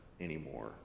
anymore